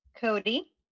Cody